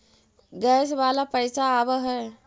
Gas वाला पैसा आव है?